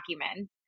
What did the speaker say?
documents